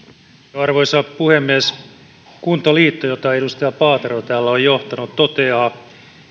arvoisa puhemies kuntaliitto jota edustaja paatero täällä on johtanut toteaa